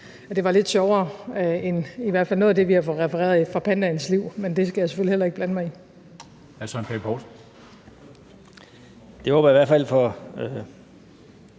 det var lidt sjovere end i hvert fald noget af det, vi har fået refereret fra pandaens liv – men det skal jeg selvfølgelig heller ikke blande mig i.